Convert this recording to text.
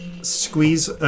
Squeeze